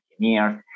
engineers